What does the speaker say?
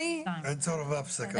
אין צורך בהפסקה.